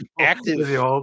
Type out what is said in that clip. active